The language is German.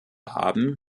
haben